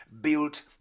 built